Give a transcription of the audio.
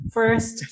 First